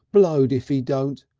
blowed if he don't.